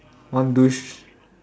want loose